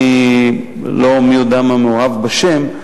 אני לא מי יודע מה מאוהב בשם,